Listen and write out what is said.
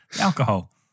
alcohol